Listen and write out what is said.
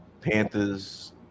Panthers